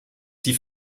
die